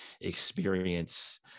experience